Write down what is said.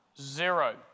zero